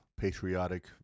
patriotic